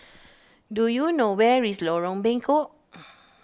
do you know where is Lorong Bengkok